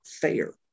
fair